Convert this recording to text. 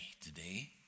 today